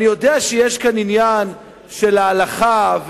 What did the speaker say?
אני יודע שיש כאן עניין של ההלכה,